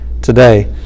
today